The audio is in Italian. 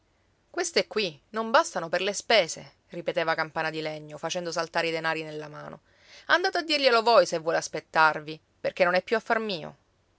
queste qui non bastano per le spese ripeteva campana di legno facendo saltare i denari nella mano andate a dirglielo voi se vuole aspettarvi perché non è più affar mio